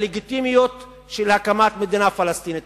ללגיטימיות של הקמת מדינה פלסטינית.